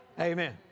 Amen